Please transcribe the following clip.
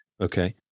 Okay